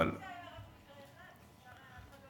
אם זה היה רק מקרה אחד אז אף אחד